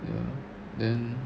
ya then